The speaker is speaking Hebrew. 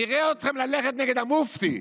נראה אתכם הולכים נגד המופתי.